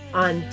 on